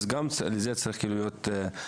אז גם לזה צריך להיות מוכנים.